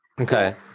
Okay